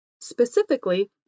Specifically